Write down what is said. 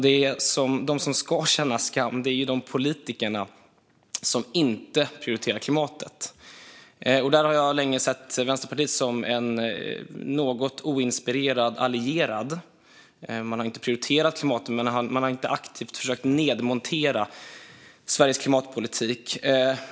De som ska känna skam är de politiker som inte prioriterar klimatet. Där har jag länge sett Vänsterpartiet som en något oinspirerad allierad. Man har inte prioriterat klimatet, men man har inte aktivt försökt nedmontera Sveriges klimatpolitik.